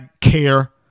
care